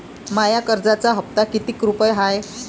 माया कर्जाचा हप्ता कितीक रुपये हाय?